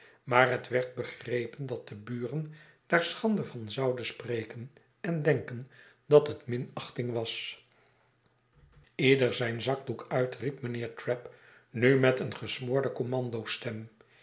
maar het werd begrepen dat de buren daar schande van zouden spreken en denken dat het minachting was leder zijn zakdoek uit riep mijnheer trabb nu met eene